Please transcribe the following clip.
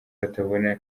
batabona